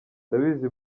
ndabizi